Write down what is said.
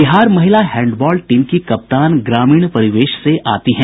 बिहार महिला handball team की कप्तान ग्रामीण परिवेश से आती हैं